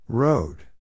Road